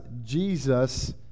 Jesus